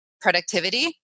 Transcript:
productivity